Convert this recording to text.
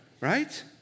right